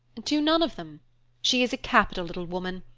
to none of them she is a capital little woman.